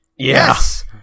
Yes